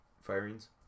firings